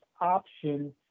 option